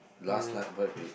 last night quite big